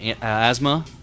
Asthma